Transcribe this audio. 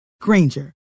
Granger